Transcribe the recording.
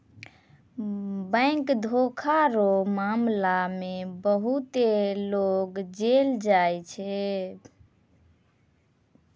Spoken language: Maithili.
बैंक धोखा रो मामला मे बहुते लोग जेल जाय छै